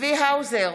צבי האוזר,